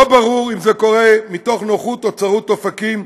לא ברור אם זה קורה מתוך נוחות או צרות אופקים,